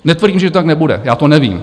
Netvrdím, že to tak nebude, já to nevím.